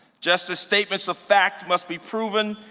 just as statements of fact must be proven,